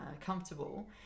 comfortable